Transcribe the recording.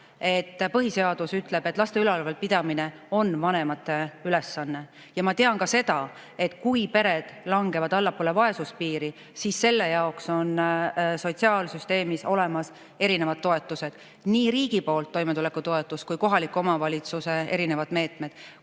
et põhiseadus ütleb, et laste ülalpidamine on vanemate ülesanne, ja ma tean ka seda, et kui pered langevad allapoole vaesuspiiri, siis selle jaoks on sotsiaalsüsteemis olemas erinevad toetused: nii riigi poolt toimetulekutoetus kui ka kohaliku omavalitsuse erinevad meetmed. Kui